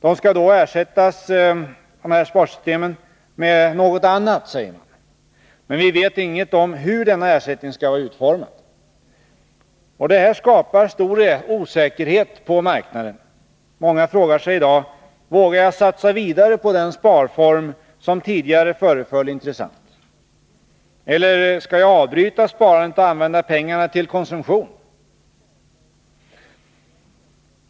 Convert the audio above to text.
De skall då ersättas med något annat, säger man, men vi vet inget om hur denna ersättning skall vara utformad. Och detta skapar stor osäkerhet på marknaden. Många frågar sig i dag: Vågar jag satsa vidare på den sparform som tidigare föreföll intressant? Eller skall jag avbryta sparandet och använda pengarna till konsumtion?